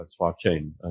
Swapchain